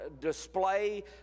display